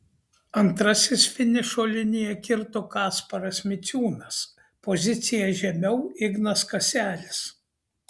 antrasis finišo liniją kirto kasparas miciūnas pozicija žemiau ignas kaselis